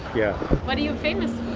yeah what are you famous